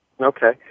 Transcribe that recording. Okay